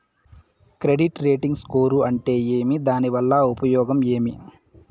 Credit rating score అంటే ఏమి దాని వల్ల ఉపయోగం ఏమి?